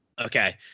Okay